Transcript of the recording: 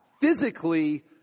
physically